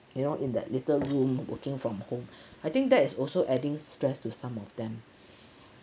you know in that little room working from home I think that is also adding stress to some of them